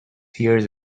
hears